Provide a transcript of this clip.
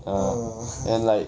ah and like